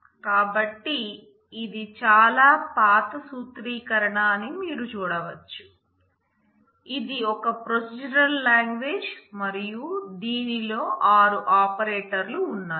కాబట్టి ఇది చాలా పాత సూత్రీకరణ అని మీరు చూడవచ్చుఇది ఒక ప్రొసీజరల్ లాంగ్వేజ్ మరియు దీనిలో ఆరు ఆపరేటర్లు ఉన్నాయి